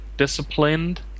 Disciplined